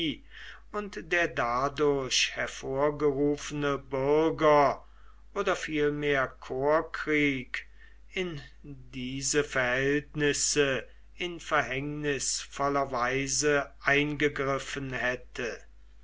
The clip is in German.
und der dadurch hervorgerufene bürger oder vielmehr korpskrieg in diese verhältnisse in verhängnisvoller weise eingegriffen hätte